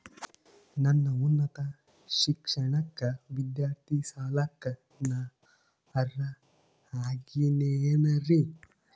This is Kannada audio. ನನ್ನ ಉನ್ನತ ಶಿಕ್ಷಣಕ್ಕ ವಿದ್ಯಾರ್ಥಿ ಸಾಲಕ್ಕ ನಾ ಅರ್ಹ ಆಗೇನೇನರಿ?